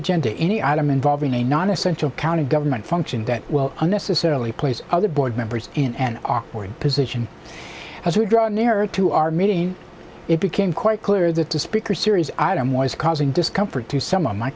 agenda any item involving a non essential county government function that will unnecessarily place other board members in an awkward position as we draw nearer to our meeting it became quite clear that the speaker series i don't want is causing discomfort to some of my